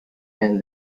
and